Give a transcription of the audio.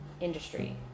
industry